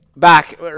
Back